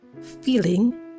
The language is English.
feeling